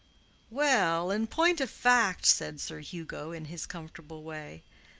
well, in point of fact, said sir hugo, in his comfortable way,